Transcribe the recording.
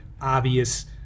obvious